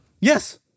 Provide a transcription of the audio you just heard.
Yes